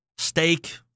Steak